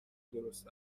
درست